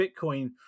Bitcoin